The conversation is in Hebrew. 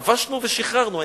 כבשנו ושחררנו.